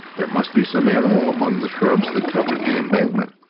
there must be some animal among the shrubs that covered the embankment,